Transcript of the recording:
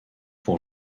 pour